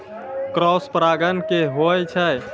Cross परागण की होय छै?